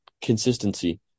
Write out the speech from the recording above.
consistency